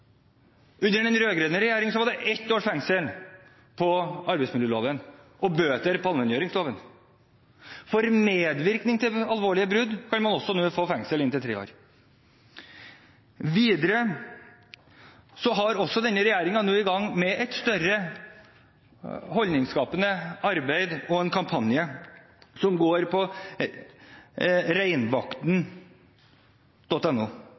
Under den rød-grønne regjeringen var det ett års fengsel på arbeidsmiljøloven og bøter på allmenngjøringsloven. For medvirkning til alvorlige brudd kan man nå også få fengsel i inntil tre år. Videre er denne regjeringen nå i gang med et større holdningsskapende arbeid og en kampanje som går på